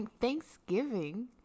Thanksgiving